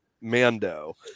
mando